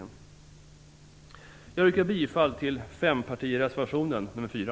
Herr talman! Jag yrkar bifall till fempartireservationen nr 4.